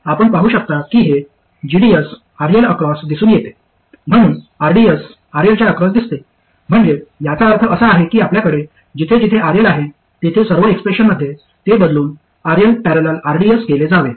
आपण पाहू शकता की हे gds RL अक्रॉस दिसून येते म्हणून rds RL च्या अक्रॉस दिसते म्हणजे याचा अर्थ असा आहे की आपल्याकडे जिथे जिथे RL आहे तेथे सर्व एक्सप्रेशनमध्ये ते बदलून RL ।। rds केले जावे